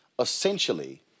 essentially